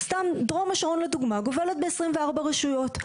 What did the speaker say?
דרום השרון לדוגמא גובלת בעשרים וארבע רשויות.